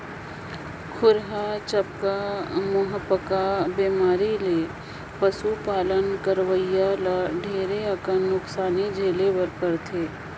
खुरहा चपका, मुहंपका बेमारी ले पसु पालन करोइया ल ढेरे अकन नुकसानी झेले बर परथे